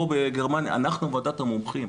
פה בגרמניה אנחנו ועדת המומחים,